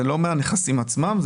זה לא מהנכסים עצמם.